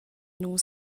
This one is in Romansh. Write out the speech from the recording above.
nus